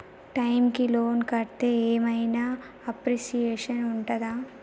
Time కి loan కడ్తే ఏం ఐనా అప్రిషియేషన్ ఉంటదా?